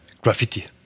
graffiti